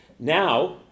Now